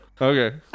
Okay